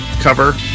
cover